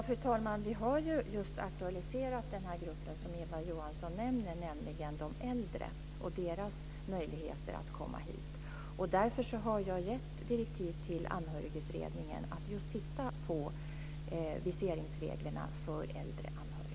Fru talman! Vi har just aktualiserat den grupp som Eva Johansson nämner, nämligen de äldre, och deras möjligheter att komma hit. Därför har jag gett direktiv till Anhörigutredningen att just titta på viseringsreglerna för äldre anhöriga.